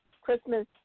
Christmas